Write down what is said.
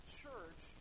church